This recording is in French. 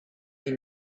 des